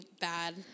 bad